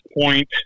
point